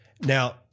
Now